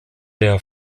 der